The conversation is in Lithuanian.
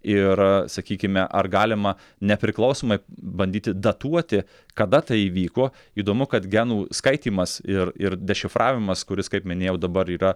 ir sakykime ar galima nepriklausomai bandyti datuoti kada tai įvyko įdomu kad genų skaitymas ir ir dešifravimas kuris kaip minėjau dabar yra